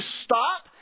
stop